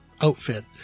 outfit